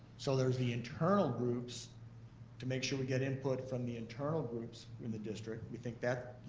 so there's the internal groups to make sure we get input from the internal groups in the district, we think that,